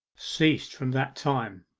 ceased from that time.